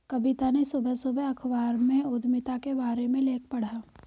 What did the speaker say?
कविता ने सुबह सुबह अखबार में उधमिता के बारे में लेख पढ़ा